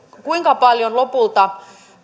kuinka paljon lopulta